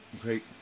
Great